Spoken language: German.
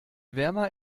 wärmer